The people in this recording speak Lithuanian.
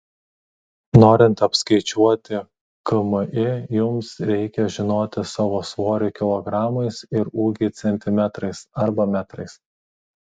norint apskaičiuoti kmi jums reikia žinoti savo svorį kilogramais ir ūgį centimetrais arba metrais